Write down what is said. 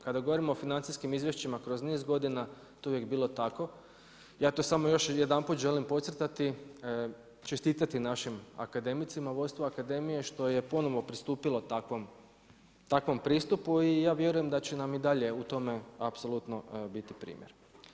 Kada govorimo o financijskim izvješćima kroz niz godina, to je uvijek bilo tako, ja to samo još jedanput želim podcrtati, čestitati našim akademicima u vodstvu akademije što je ponovno pristupila takvom pristupu i ja vjerujem da će nam i dalje u tome apsolutno biti primjer.